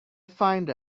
find